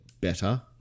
better